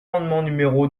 l’amendement